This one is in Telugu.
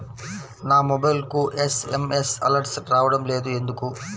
నా మొబైల్కు ఎస్.ఎం.ఎస్ అలర్ట్స్ రావడం లేదు ఎందుకు?